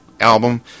album